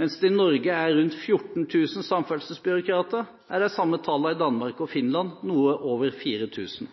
Mens det i Norge er rundt 14 000 samferdselsbyråkrater, er de samme tallene i Danmark og Finland noe over 4 000.